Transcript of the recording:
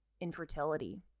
infertility